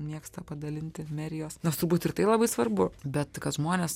mėgsta padalinti merijos nors turbūt ir tai labai svarbu bet kad žmonės